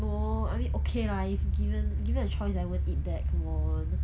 no I mean okay lah if given given a choice I won't eat that come on